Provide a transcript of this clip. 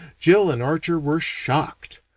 jill and archer were shocked.